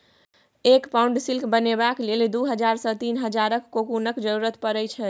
एक pound silk बनेबाक लेल दु हजार सँ तीन हजारक कोकुनक जरुरत परै छै